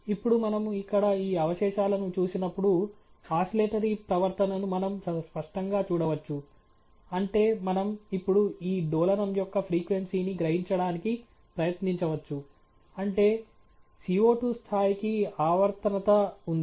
ఇప్పుడు మనము ఇక్కడ ఈ అవశేషాలను చూసినప్పుడు ఆసిలేటరీ ప్రవర్తనను మనం స్పష్టంగా చూడవచ్చు అంటే మనం ఇప్పుడు ఈ డోలనం యొక్క ఫ్రీక్వెన్సీని గ్రహించడానికి ప్రయత్నించవచ్చు అంటే CO2 స్థాయికి ఆవర్తనత ఉంది